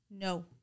No